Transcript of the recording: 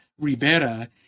ribera